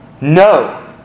No